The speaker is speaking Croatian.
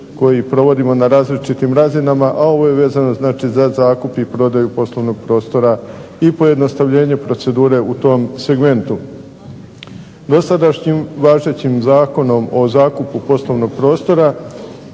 koji provodimo na različitim razinama, a ovo je vezano znači za zakup i prodaju poslovnog prostora i pojednostavljenje procedure u tom segmentu. Dosadašnjim važećim Zakonom o zakupu poslovnog prostora